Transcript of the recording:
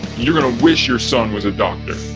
you're gonna wish your son was a doctor.